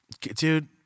Dude